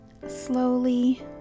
Slowly